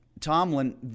Tomlin